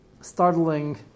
startling